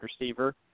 receiver